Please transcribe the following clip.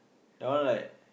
that one like